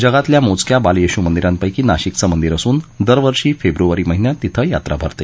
जगातल्या मोजक्या बाल येशू मंदिरांपैकी नाशिकये मंदिर असून दरवर्षी फेब्रवारी महिन्यात तिथं यात्रा भरते